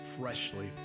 freshly